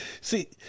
See